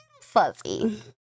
fuzzy